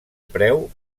preu